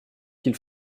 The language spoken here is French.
qu’il